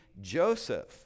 Joseph